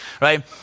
right